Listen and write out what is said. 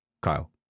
Kyle